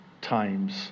times